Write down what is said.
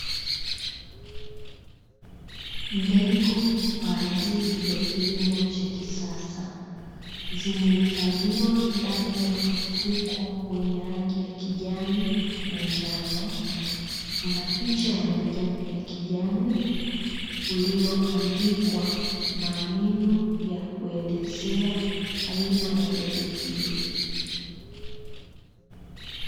Mbegu kwa ajili ya kilimo cha kisasa, zimehifadhiwa ndani ya mfuko wenye rangi ya kijani na njano, una picha ya majani ya kijani ulioandikwa maneno ya kuelezea aina ya mbegu hiyo.